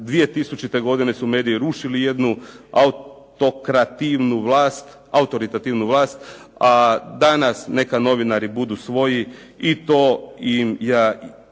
2000. godine su mediji rušili jednu autokrativnu vlast, autoritativnu vlast a danas neka novinari budu svoji i to im ja